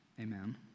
Amen